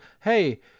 hey